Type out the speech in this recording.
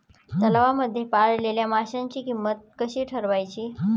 तलावांमध्ये पाळलेल्या माशांची किंमत कशी ठरवायची?